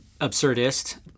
absurdist